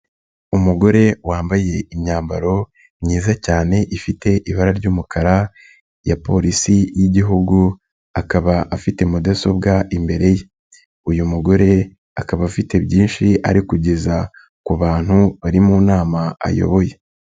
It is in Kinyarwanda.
Umugore wambaye imyambaro myiza cyane ifite ibara ry'umukara ya polisi y'Igihugu, akaba afite mudasobwa imbere ye, uyu mugore akaba afite byinshi ari kugeza ku bantu bari mu nama ayoboye.